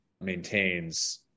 maintains